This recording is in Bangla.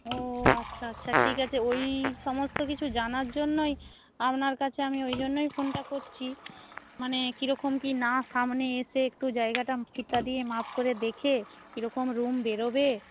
ও আচ্ছা আচ্ছা ঠিক আছে ওই সমস্ত কিছু জানার জন্যই আপনার কাছে আমি ওইজন্যই ফোনটা করছি মানে কীরকম কী না সামনে এসে একটু জায়গাটা ফিতে দিয়ে মাপ করে দেখে কীরকম রুম বেরোবে